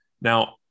now